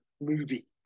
movie